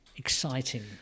Exciting